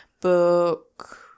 Book